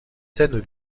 scènes